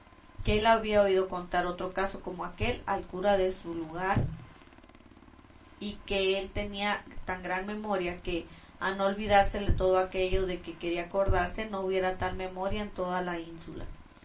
que él había oído contar otro caso como aquél al cura de su lugar y que él tenía tan gran memoria que a no olvidársele todo aquello de que quería acordarse no hubiera tal memoria en toda la ínsula